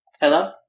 hello